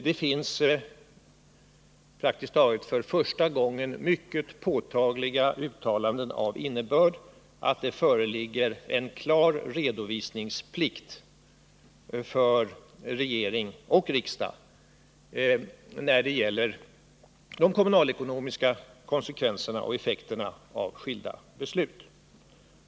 Det är praktiskt taget första gången som det finns mycket påtagliga uttalanden av innebörd att det föreligger en klar redovisningsplikt för regering och riksdag när det gäller de kommunalekonomiska konsekvenserna och effekterna av skilda beslut.